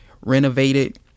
renovated